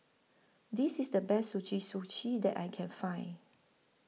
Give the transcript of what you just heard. This IS The Best Suji Suji that I Can Find